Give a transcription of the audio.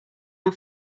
our